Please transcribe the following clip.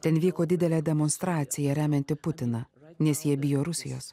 ten vyko didelė demonstracija remianti putiną nes jie bijo rusijos